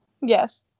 Yes